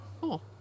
Cool